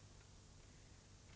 FF NOrrRoKeR